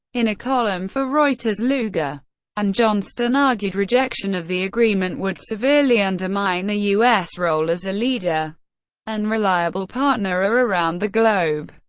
in a column for reuters, lugar and johnston argued, rejection of the agreement would severely undermine the u s. role as a leader and reliable partner around the globe.